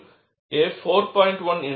மேலும் A4